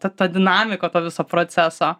ta ta dinamika po viso proceso